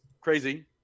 crazy